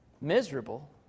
miserable